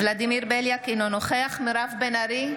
אינו נוכח מירב בן ארי,